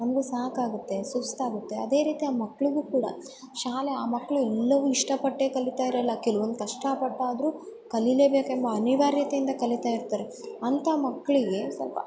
ನಮಗೂ ಸಾಕಾಗುತ್ತೆ ಸುಸ್ತಾಗುತ್ತೆ ಅದೇ ರೀತಿ ಆ ಮಕ್ಳಿಗೂ ಕೂಡ ಶಾಲೆ ಆ ಮಕ್ಳು ಎಲ್ಲವೂ ಇಷ್ಟ ಪಟ್ಟೇ ಕಲಿತಾ ಇರೋಲ್ಲ ಕೆಲವೊಂದು ಕಷ್ಟ ಪಟ್ಟಾದ್ರೂ ಕಲೀಲೇಬೇಕೆಂಬ ಅನಿವಾರ್ಯತೆಯಿಂದ ಕಲಿತಾ ಇರ್ತಾರೆ ಅಂಥ ಮಕ್ಳಿಗೆ ಸ್ವಲ್ಪ